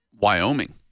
Wyoming